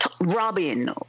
Robin